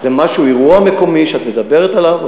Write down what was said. זה אירוע מקומי שאת מדברת עליו,